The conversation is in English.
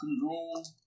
control